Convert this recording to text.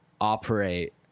operate